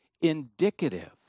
indicative